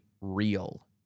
real